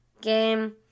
game